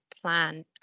plan